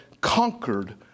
conquered